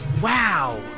wow